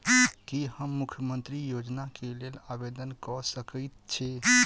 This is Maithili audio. की हम मुख्यमंत्री योजना केँ लेल आवेदन कऽ सकैत छी?